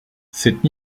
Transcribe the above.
cette